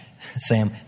Sam